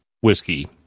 whiskey